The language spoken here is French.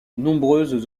nombreuses